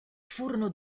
furono